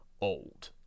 old